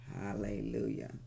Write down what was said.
Hallelujah